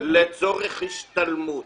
לצורך השתלמות.